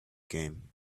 game